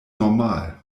normal